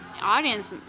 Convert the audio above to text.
audience